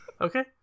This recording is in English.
Okay